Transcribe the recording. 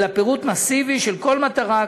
אלא פירוט מסיבי של כל מטרה,